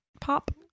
pop